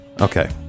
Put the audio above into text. Okay